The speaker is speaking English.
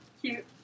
Cute